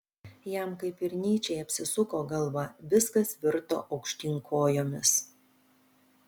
jam kaip ir nyčei apsisuko galva viskas virto aukštyn kojomis